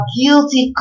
guilty